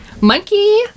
Monkey